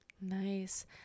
Nice